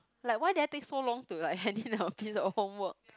like why did I take so long to like hand in a piece of homework